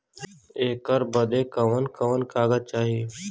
ऐकर बदे कवन कवन कागज चाही?